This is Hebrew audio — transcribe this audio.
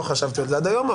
לא חשבתי על זה עד היום,